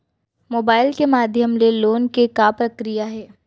Mobile के माधयम ले लोन के का प्रक्रिया हे?